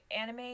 anime